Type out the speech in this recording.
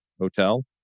hotel